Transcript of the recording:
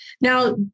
Now